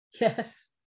Yes